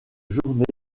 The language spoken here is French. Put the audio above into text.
journée